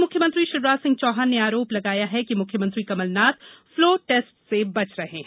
पूर्व मुख्यमंत्री शिवराज सिंह चौहान ने आरोप लगाया कि मुख्यमंत्री कमलनाथ फ्लोर टेस्ट से बच रहे हैं